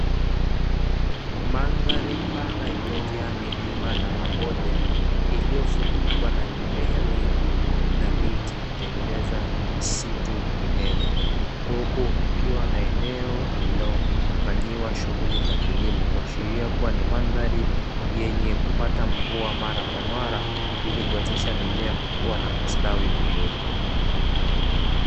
Mandhari pana iliyojaa milima na mabonde iliyofunikwa na mimea mingi na miti kutengeneza misitu minene, huku kukiwa na eneo lililofanyiwa shuguli za kilimo kuashiria kuwa ni mandhari yenye kupata mvua mara kwa mara ilikuwezeshwa mimea kukua na kustawi vizuri.